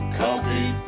coffee